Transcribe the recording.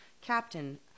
captain